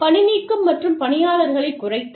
பணிநீக்கம் மற்றும் பணியாளர்களைக் குறைத்தல்